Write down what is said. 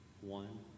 One